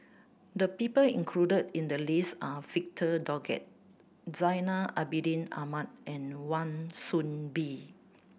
the people included in the list are Victor Doggett Zainal Abidin Ahmad and Wan Soon Bee